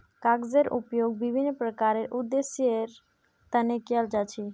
कागजेर उपयोग विभिन्न प्रकारेर उद्देश्येर तने कियाल जा छे